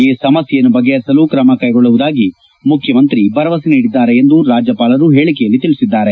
ಈ ಸಮಸ್ಯೆಯನ್ನು ಬಗೆಹರಿಸಲು ಕ್ರಮಕೈಗೊಳ್ಳುವುದಾಗಿ ಮುಖ್ಯಮಂತ್ರಿ ಭರವಸೆ ನೀಡಿದ್ದಾರೆ ಎಂದು ರಾಜ್ಯಪಾಲರು ಹೇಳಿಕೆಯಲ್ಲಿ ತಿಳಿಸಿದ್ದಾರೆ